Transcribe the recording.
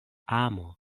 amo